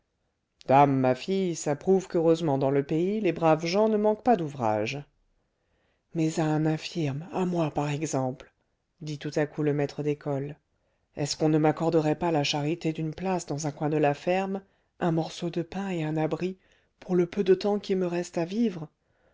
dame ma fille ça prouve qu'heureusement dans le pays les braves gens ne manquent pas d'ouvrage mais à un infirme à moi par exemple dit tout à coup le maître d'école est-ce qu'on ne m'accorderait pas la charité d'une place dans un coin de la ferme un morceau de pain et un abri pour le peu de temps qui me reste à vivre